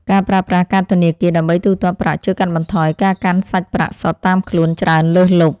ការប្រើប្រាស់កាតធនាគារដើម្បីទូទាត់ប្រាក់ជួយកាត់បន្ថយការកាន់សាច់ប្រាក់សុទ្ធតាមខ្លួនច្រើនលើសលប់។